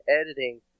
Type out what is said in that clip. editing